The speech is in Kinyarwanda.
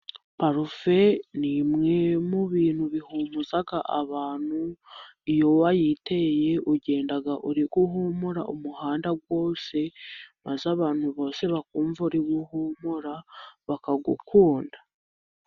Parufe ni imwe mu bintu bihumuza abantu. Iyo wayiteye, ugenda uri guhumura umuhanda wose, maze abantu bose bakumva uri guhumura, bakagukunda.